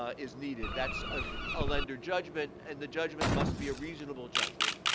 ah is needed. that's a a lender judgment, and the judgment must be a reasonable judgment.